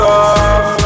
off